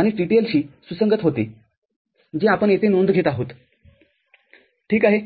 आणि TTL शी सुसंगत होते जे आपण येथे नोंद घेत आहोत ठीक आहे